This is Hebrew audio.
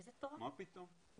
מה פתאום?